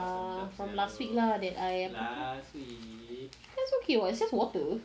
from last week lah that I am that's okay [what] it's just water